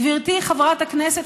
גברתי חברת הכנסת,